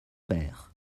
pères